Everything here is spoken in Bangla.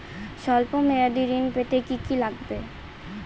সল্প মেয়াদী ঋণ পেতে কি কি লাগবে?